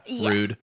rude